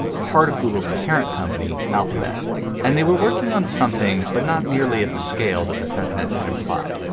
part of google's parent company, alphabet and they were working on something, but not nearly at the scale that the president had implied.